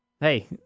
Hey